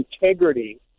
integrity